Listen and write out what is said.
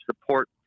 support